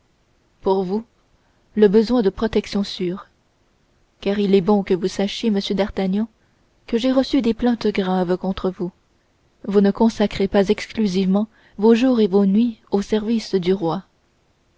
pour vous le besoin de protections sûres car il est bon que vous sachiez monsieur d'artagnan que j'ai reçu des plaintes graves contre vous vous ne consacrez pas exclusivement vos jours et vos nuits au service du roi